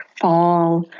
fall